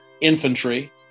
Infantry